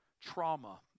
Trauma